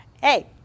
Hey